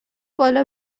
بالا